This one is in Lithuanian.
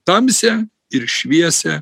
tamsią ir šviesią